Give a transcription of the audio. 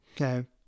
Okay